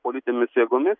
politinėmis jėgomis